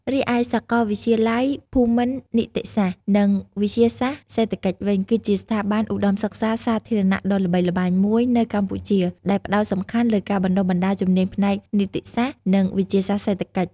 រីឯសាកលវិទ្យាល័យភូមិន្ទនីតិសាស្ត្រ និងវិទ្យាសាស្ត្រសេដ្ឋកិច្ចវិញ គឺជាស្ថាប័នឧត្តមសិក្សាសាធារណៈដ៏ល្បីល្បាញមួយនៅកម្ពុជា ដែលផ្តោតសំខាន់លើការបណ្តុះបណ្តាលជំនាញផ្នែក នីតិសាស្ត្រ និង វិទ្យាសាស្ត្រសេដ្ឋកិច្ច។